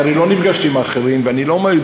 הרי אני לא נפגשתי עם האחרים, ואני לא יודע.